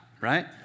right